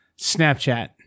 Snapchat